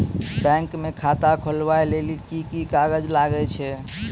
Bank म खाता खोलवाय लेली की की कागज लागै छै?